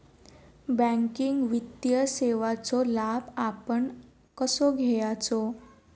Banking वित्तीय सेवाचो लाभ आपण कसो घेयाचो?